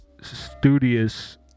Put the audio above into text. studious